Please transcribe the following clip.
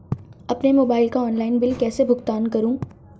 अपने मोबाइल का online bill कैसे भुगतान करूं?